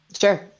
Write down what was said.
Sure